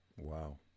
Wow